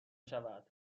شود